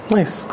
Nice